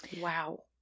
Wow